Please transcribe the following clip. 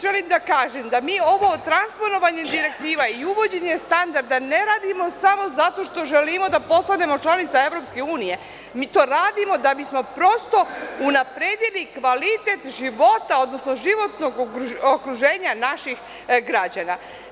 Želim da kažem, da mi ovo transponovanje direktiva i uvođenje standarda ne radimo samo zato što želimo da postanemo članica EU, mi to radimo da bismo prosto, unapredili kvalitet života, odnosno životnog okruženja naših građana.